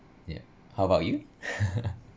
yeah how about you